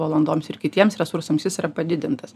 valandoms ir kitiems resursams jis yra padidintas